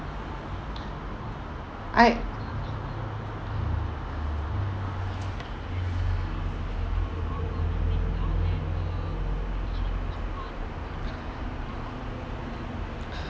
I